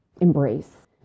embrace